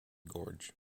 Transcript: gorge